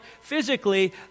physically